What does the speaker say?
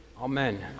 Amen